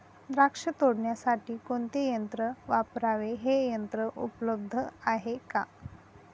द्राक्ष तोडण्यासाठी कोणते यंत्र वापरावे? हे यंत्र उपलब्ध आहे का?